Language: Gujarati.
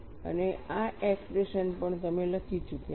અને આ એક્સપ્રેશન પણ તમે લખી ચૂક્યા છો